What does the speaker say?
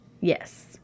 Yes